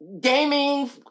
gaming